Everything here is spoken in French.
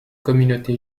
communautés